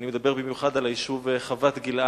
ואני מדבר במיוחד על היישוב חוות-גלעד,